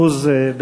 מאה אחוז.